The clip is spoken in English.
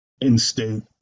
in-state